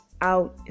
out